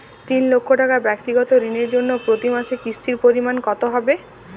তিন লক্ষ টাকা ব্যাক্তিগত ঋণের জন্য প্রতি মাসে কিস্তির পরিমাণ কত হবে?